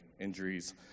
injuries